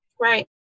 Right